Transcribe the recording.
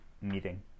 meeting